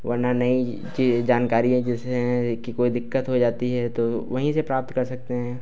वरना नई चीज़ें जानकारियाँ जैसे हैं कि कोई दिक्कत हो जाती है तो वहीं से प्राप्त कर सकते हैं